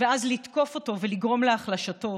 ואז לתקוף אותו ולגרום להחלשתו,